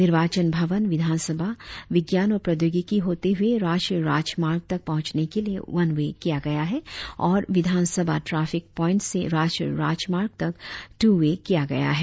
निर्वाचन भवन विधान सभा विज्ञान व प्रौद्योगिकी होते हुए राष्ट्रीय राजमार्ग तक पहुंचने के लिए वन वे किया गया है और विधान सभा ट्राफिक पोईंट से राष्ट्रीय राजमार्ग तक टू वे किया गया है